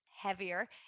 heavier